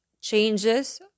changes